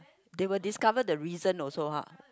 they will discover the reason also ha